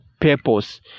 purpose